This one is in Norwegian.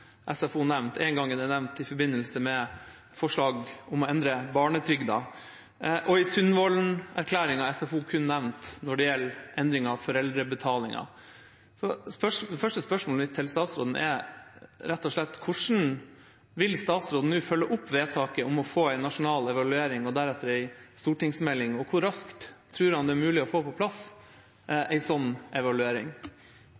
SFO knapt nevnt, det er nevnt én gang, i forbindelse med forslag om å endre barnetrygda. Og i Sundvolden-erklæringen er SFO kun nevnt når det gjelder endring av foreldrebetalingen. Det første spørsmålet mitt til statsråden er rett og slett: Hvordan vil statsråden følge opp vedtaket om å få en nasjonal evaluering og deretter en stortingsmelding, og hvor raskt tror han det er mulig å få på plass